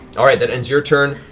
all right, that ends your turn.